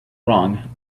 wrong